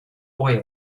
oil